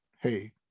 hey